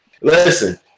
Listen